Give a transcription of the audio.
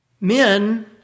Men